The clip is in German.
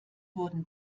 wurden